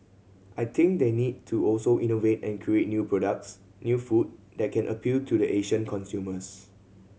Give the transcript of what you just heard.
I think they need to also innovate and create new products new food that can appeal to the Asian consumers